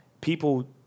people